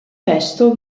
testo